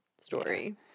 story